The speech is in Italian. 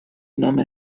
nome